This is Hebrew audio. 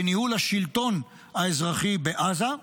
בניהול השלטון האזרחי בעזה,